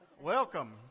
Welcome